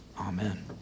amen